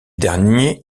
derniers